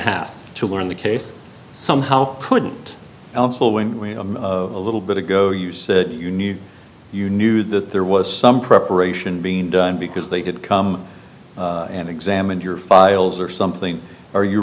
half to learn the case somehow couldn't a little bit ago you said you knew you knew that there was some preparation being done because they could come and examine your files or something are you